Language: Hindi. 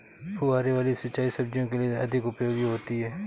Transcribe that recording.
फुहारे वाली सिंचाई सब्जियों के लिए अधिक उपयोगी होती है?